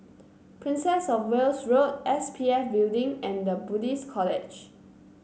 Princess Of Wales Road S P F Building and The Buddhist College